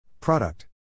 Product